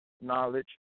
knowledge